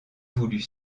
voulut